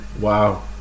Wow